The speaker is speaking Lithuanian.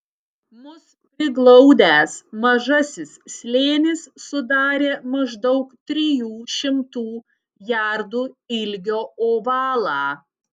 mus priglaudęs mažasis slėnis sudarė maždaug trijų šimtų jardų ilgio ovalą